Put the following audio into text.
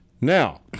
Now